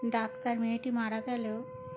doctor মেয়েটি মারা গেল